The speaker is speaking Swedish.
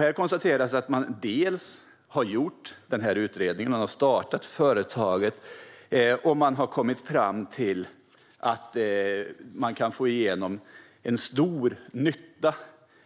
Här konstateras att man har gjort utredningen, startat företaget och kommit fram till att man kan få en stor nytta